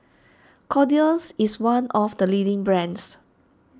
Kordel's is one of the leading brands